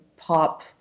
pop